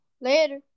later